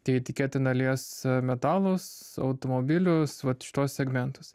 tai tikėtina lies metalus automobilius vat šituos segmentus